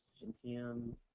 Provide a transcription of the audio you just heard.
gentium